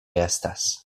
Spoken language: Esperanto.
estas